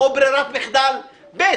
או ברירת מחדל ב'.